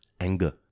anger